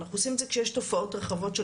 אנחנו עושים את זה כשיש תופעות רחבות של